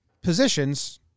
positions